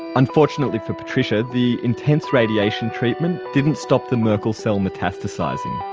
unfortunately for patricia, the intense radiation treatment didn't stop the merkel cell metastasising.